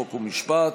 חוק ומשפט.